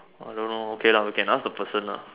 I don't know okay lah we can ask the person lah